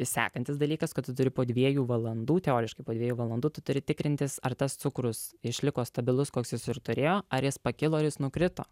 sekantis dalykas kad tu turi po dviejų valandų teoriškai po dviejų valandų turi tikrintis ar tas cukrus išliko stabilus koks jis ir turėjo ar jis pakilo ar jis nukrito